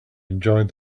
enjoyed